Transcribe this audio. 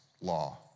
law